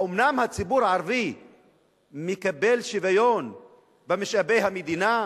האומנם הציבור הערבי מקבל שוויון במשאבי המדינה?